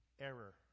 error